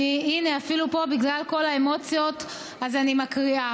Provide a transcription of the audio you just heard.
הינה, אפילו פה, בגלל כל האמוציות, אז אני אקריא,